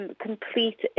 complete